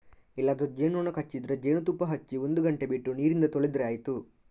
ಎಲ್ಲಾದ್ರೂ ಜೇನು ನೊಣ ಕಚ್ಚಿದ್ರೆ ಜೇನುತುಪ್ಪ ಹಚ್ಚಿ ಒಂದು ಗಂಟೆ ಬಿಟ್ಟು ನೀರಿಂದ ತೊಳೆದ್ರೆ ಆಯ್ತು